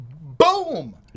boom